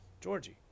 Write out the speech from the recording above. Georgie